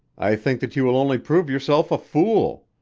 i think that you will only prove yourself a fool.